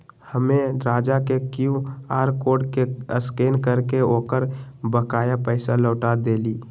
हम्मे राजा के Q R code के स्कैन करके ओकर बकाया पैसा लौटा देली